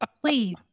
please